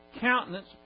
countenance